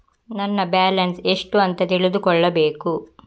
ನನ್ನ ಬ್ಯಾಲೆನ್ಸ್ ಎಷ್ಟು ಅಂತ ತಿಳಿದುಕೊಳ್ಳಬೇಕು?